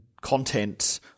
content